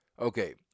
Okay